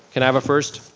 can i have a first?